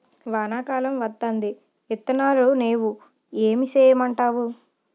వానా కాలం వత్తాంది ఇత్తనాలు నేవు ఏటి సేయమంటావు